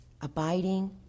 abiding